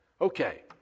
Okay